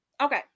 okay